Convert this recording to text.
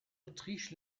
autriche